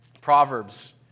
Proverbs